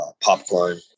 popcorn